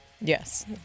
Yes